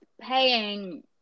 paying